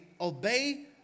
obey